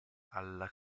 alla